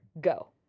Go